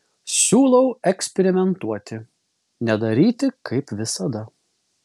siūlau eksperimentuoti nedaryti kaip visada